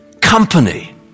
company